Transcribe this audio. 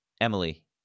Emily